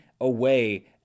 away